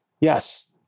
Yes